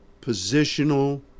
positional